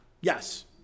Yes